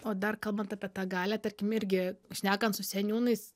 o dar kalbant apie tą galią tarkim irgi šnekant su seniūnais